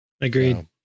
Agreed